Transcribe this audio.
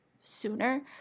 sooner